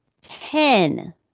Ten